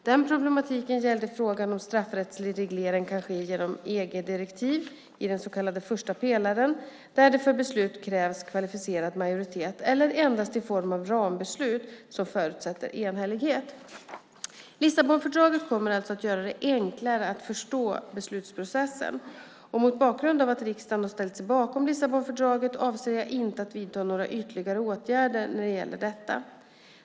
Den problematiken gällde frågan om straffrättslig reglering kan ske genom EG-direktiv, i den så kallade första pelaren, där det för beslut krävs kvalificerad majoritet eller endast i form av rambeslut som förutsätter enhällighet. Lissabonfördraget kommer alltså att göra det enklare att förstå beslutsprocessen. Mot bakgrund av att riksdagen har ställt sig bakom Lissabonfördraget avser jag inte att vidta några ytterligare åtgärder gällande detta.